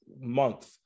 month